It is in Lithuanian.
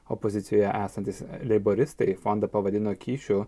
opozicijoje esantys leiboristai fondą pavadino kyšiu